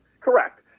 Correct